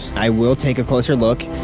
i will take a closer look